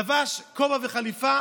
לבש כובע וחליפה,